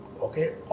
Okay